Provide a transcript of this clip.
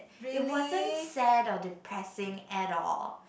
it wasn't sad or depressing at all